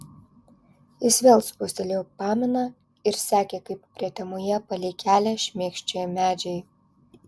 jis vėl spustelėjo paminą ir sekė kaip prietemoje palei kelią šmėkščioja medžiai